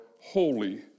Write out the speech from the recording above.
holy